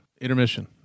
Intermission